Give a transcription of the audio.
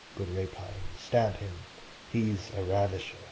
good rapine, stab him he is a ravisher.